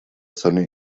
sonne